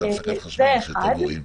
זה דבר אחד.